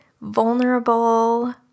vulnerable